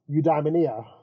eudaimonia